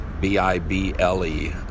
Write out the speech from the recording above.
B-I-B-L-E